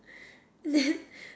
then